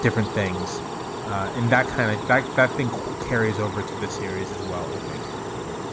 different things in that kind of fact that i think carries over to the series as well, i think